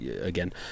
again